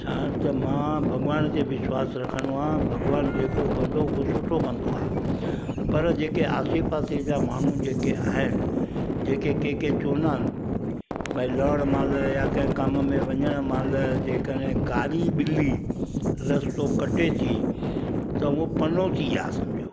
छा त मां भॻवान ते विश्वास रखंदो आहियां भॻवानु जेको कंदो उहो सुठो कंदो आहे पर जेके आसे पासे जा माण्हू जेके आहिनि जेके कंहिं कंहिं चवंदा आहिनि भई लहणु महिल या कंहिं कम में वञणु महिल जेकॾहिं कारी ॿिली रस्तो कटे थी त उहो पनोती आहे सम्झो